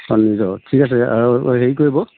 অ নিজৰ ঠিক আছে আৰু হেৰি কৰিব